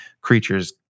creatures